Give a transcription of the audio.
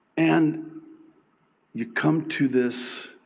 and you come to this